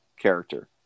character